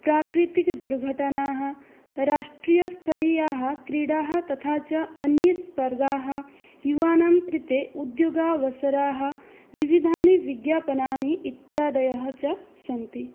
प्राकृतिकदुर्घटनाः राष्ट्रियस्तरीयाः क्रीडाः तथा च अन्ये स्पर्धा युवानं कृते उद्योगावसराः विविधानि विज्ञापनानि इत्यादयः च सन्ति